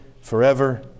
forever